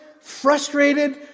frustrated